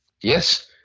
Yes